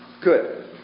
Good